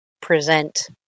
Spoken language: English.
present